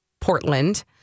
Portland